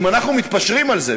אם אנחנו מתפשרים על זה,